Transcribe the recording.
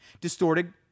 Distorted